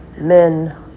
men